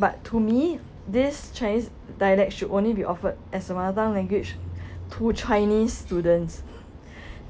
but to me this chinese dialect should only be offered as a mother tongue language to chinese students